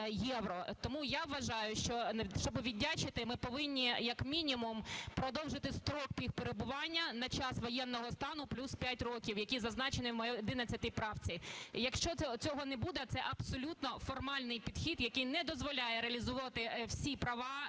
Тому я вважаю, щоби віддячити, ми повинні як мінімум продовжити строк їх перебування на час воєнного стану плюс п'ять років, які зазначені в 11 правці. Якщо цього не буде, це абсолютно формальний підхід, який не дозволяє реалізовувати всі права